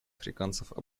африканцев